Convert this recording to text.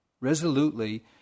Resolutely